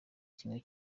kimwe